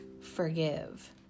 forgive